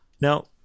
now